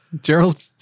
Gerald